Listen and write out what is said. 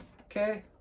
Okay